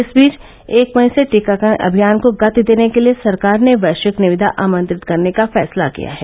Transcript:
इस बीच एक मई से टीकाकरण अभियान को गति देने के लिए सरकार ने वैश्विक निविदा आमंत्रित करने का फैसला किया है